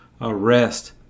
arrest